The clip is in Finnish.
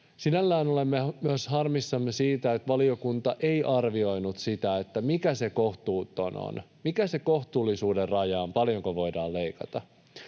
Sinällään olemme myös harmissamme siitä, että valiokunta ei arvioinut sitä, mikä se ”kohtuuton” on. Mikä se kohtuullisuuden raja on, paljonko voidaan leikata?